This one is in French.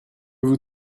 vous